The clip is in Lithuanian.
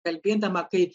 kalbėdama taip